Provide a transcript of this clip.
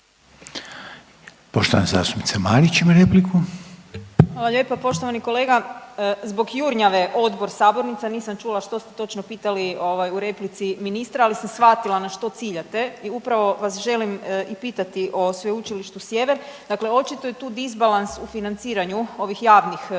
Poštovana zastupnica Marić ima repliku. **Marić, Andreja (SDP)** Hvala lijepa. Poštovani kolega, zbog jurnjave odbor-sabornica nisam čula što ste točno pitali u replici ministra, ali sam shvatila na što ciljate i upravo vas želim i pitati o Sveučilištu Sjever. Dakle, očito je tu disbalans u financiranju ovih javnih